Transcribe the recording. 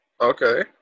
Okay